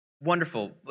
Wonderful